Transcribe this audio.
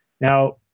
Now